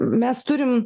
mes turim